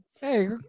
hey